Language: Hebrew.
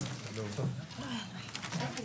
נראה לי